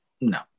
no